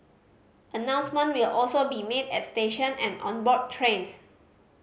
announcements will also be made at station and on board trains